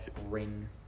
ring